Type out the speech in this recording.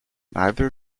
neither